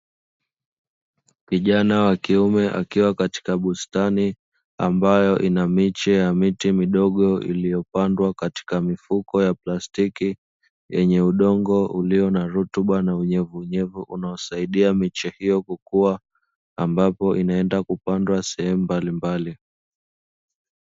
Kijana wa kiume akiwa katika bustani ambayo ina miche ya miti midogo iliyopandwa katika mifuko ya plastiki, yenye udongo ulio na rutuba na unyevunyevu unaosaidia miche hiyo kukua ambapo inaenda kupandwa sehemu mbalimbali.